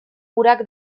urak